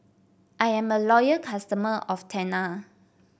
I'm a loyal customer of Tena